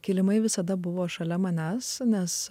kilimai visada buvo šalia manęs nes